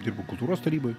dirbu kultūros tarybai